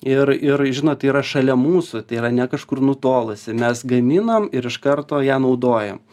ir ir žinot yra šalia mūsų tai yra ne kažkur nutolusi mes gaminam ir iš karto ją naudojam